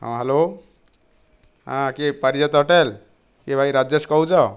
ହଁ ହ୍ୟାଲୋ ହଁ କିଏ ପାରିଜାତ ହୋଟେଲ କିଏ ଭାଇ ରାଜେଶ କହୁଛ